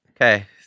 Okay